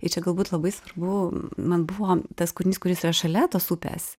ir čia galbūt labai svarbu man buvo tas kūrinys kuris yra šalia tos upės